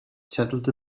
settled